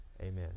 Amen